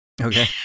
Okay